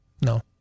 no